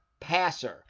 passer